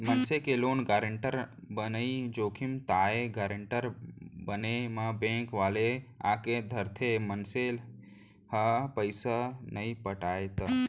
मनसे के loan guarantor बनई जोखिम ताय गारेंटर बने म बेंक वाले आके धरथे, मनसे ह पइसा नइ पटाय त